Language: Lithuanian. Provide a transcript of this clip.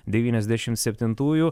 devyniasdešimt septintųjų